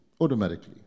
automatically